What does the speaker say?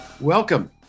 Welcome